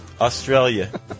Australia